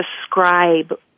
describe